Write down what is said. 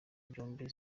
byombi